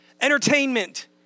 entertainment